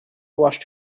washed